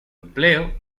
empleo